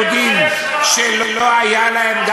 ולאלה מהיהודים שלא היה להם,